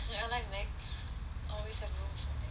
do you like Macs always have though